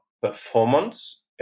performance